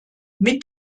mit